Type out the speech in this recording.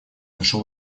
нашел